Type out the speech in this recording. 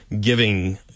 giving